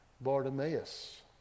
Bartimaeus